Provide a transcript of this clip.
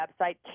website